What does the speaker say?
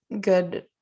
good